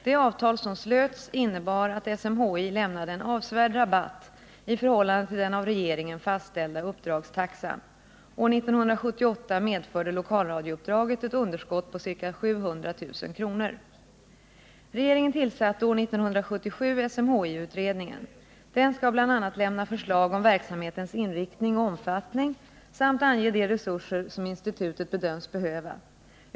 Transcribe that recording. Det avtal som slöts innebar att SMHI lämnade en avsevärd rabatt i förhållande till den av regeringen fastställda uppdragstaxan. År 1978 medförde lokalradiouppdraget ett underskott på ca 700 000 kr. Regeringen tillsatte år 1977 SMHI-utredningen. Den skall bl.a. lämna förslag om verksamhetens inriktning och omfattning samt ange de resurser som institutet bedöms behöva.